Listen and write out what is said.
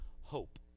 hope